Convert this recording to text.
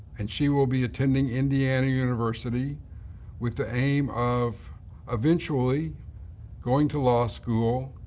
and she will be attending indiana university with the aim of eventually going to law school,